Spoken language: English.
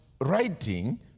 writing